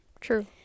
True